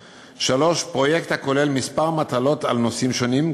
3. פרויקט הכולל כמה מטלות בנושאים שונים,